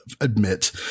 admit